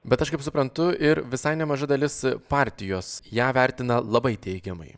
bet aš kaip suprantu ir visai nemaža dalis partijos ją vertina labai teigiamai